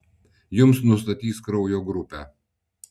jums nustatys kraujo grupę